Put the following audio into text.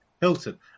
Hilton